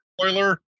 spoiler